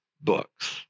books